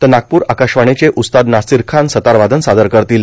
तर नागपूर आकाशवाणीचे उस्ताद नासीर खान सतार वादन सादर करतील